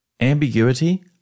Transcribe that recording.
Ambiguity